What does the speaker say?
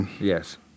Yes